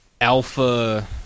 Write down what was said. alpha